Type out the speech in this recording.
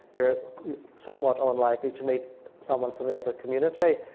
you're somewhat unlikely to meet someone from the other community.